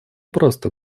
просто